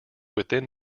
within